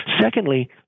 Secondly